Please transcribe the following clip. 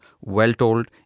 well-told